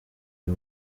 uyu